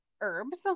herbs